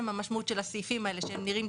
אלה שנשארו